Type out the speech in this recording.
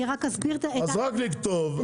אני רק אסביר --- אז רק לכתוב,